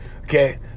okay